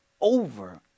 over